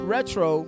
Retro